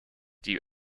die